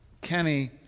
Kenny